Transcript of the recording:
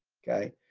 okay.